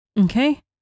Okay